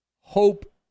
Hope